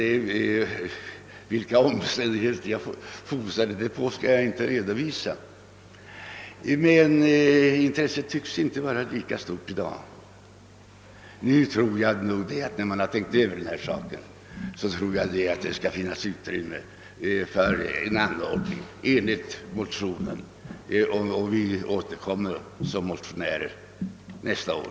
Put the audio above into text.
Vilka omständigheter jag grundade denna uppfattning på skall jag inte redovisa, men intresset tycks inte vara lika stort i dag. Jag tror att det, när man har tänkt över denna sak, skall visa sig, att det finns utrymme för en anordning enligt motionen. Vi återkommer som motionärer nästa År.